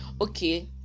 okay